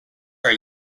are